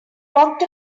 walked